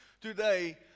today